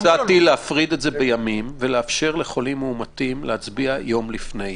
הצבעתי להפריד את זה בימים ולאפשר לחולים מאומתים להצביע יום לפני.